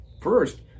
First